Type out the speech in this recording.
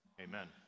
Amen